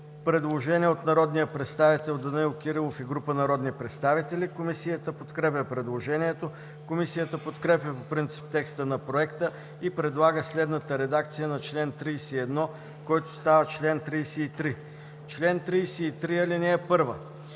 предложение от народния представител Данаил Кирилов и група народни представители. Комисията подкрепя предложението. Комисията подкрепя по принцип текста на проекта и предлага следната редакция за чл. 31, който става чл. 33: „Чл. 33. (1)